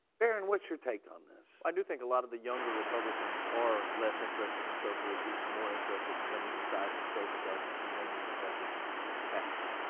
baron, what's your take on this? i do think a lot of the younger republicans are less interested in the social issues and more interested in limiting the size and scope of government and limiting the budgets and taxes.